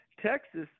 Texas